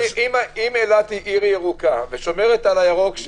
אם אילת היא עיר ירוקה ושומרת על הירוק שלה.